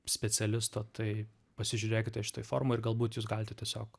specialisto tai pasižiūrėkite šitoj formoj ir galbūt jūs galite tiesiog